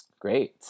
Great